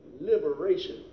liberation